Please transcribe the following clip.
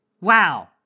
Wow